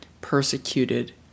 persecuted